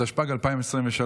התשפ"ג 2023,